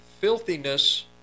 filthiness